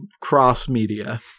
cross-media